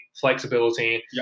flexibility